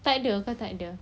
tak ada kak tak ada